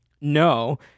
No